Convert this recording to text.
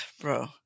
Bro